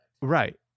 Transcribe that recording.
Right